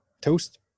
toast